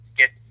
get